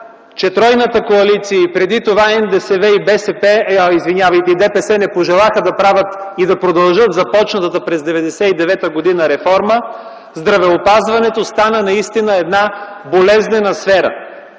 че тройната коалиция и преди това НДСВ и ДПС не пожелаха да правят и да продължат започнатата през 1999 г. реформа, здравеопазването стана наистина една болезнена сфера.